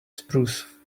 spruce